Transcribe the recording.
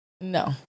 no